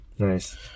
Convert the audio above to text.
Nice